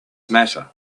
matter